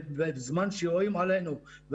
בזמן שיורים עלינו,